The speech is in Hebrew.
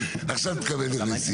עכשיו תקבל ממני סיום.